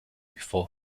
for